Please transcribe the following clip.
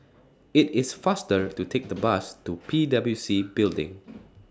IT IS faster to Take The Bus to P W C Building